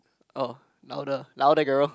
oh louder louder girl